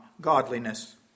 godliness